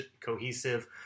cohesive